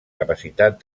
capacitat